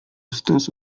stos